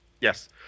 Yes